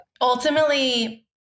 ultimately